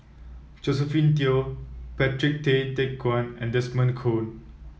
Josephine Teo Patrick Tay Teck Guan and Desmond Kon